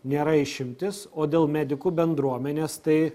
nėra išimtis o dėl medikų bendruomenės tai